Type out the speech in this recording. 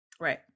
Right